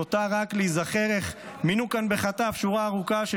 נותר רק להיזכר איך מינו כאן בחטף שורה ארוכה של